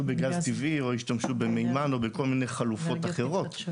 בגז טבעי או ישתמשו במימן או בכל מיני חלופות אחרות.